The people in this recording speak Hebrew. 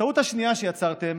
הטעות השנייה שיצרתם